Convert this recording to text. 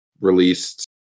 released